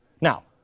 Now